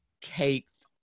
caked